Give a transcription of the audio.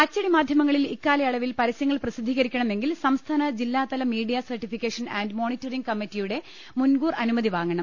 അച്ചടി മാധ്യമങ്ങളിൽ ഇക്കാലയളവിൽ പരസ്യങ്ങൾ പ്രസി ദ്ധീകരിക്കണമെങ്കിൽ സംസ്ഥാന ജില്ലാതല media certification and monitoring കമ്മിറ്റിയുടെ മുൻകൂർ അനുമതി വാങ്ങ ണം